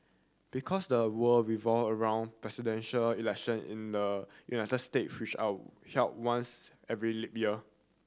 because the world revolve around Presidential Election in the United State which are held once every leap year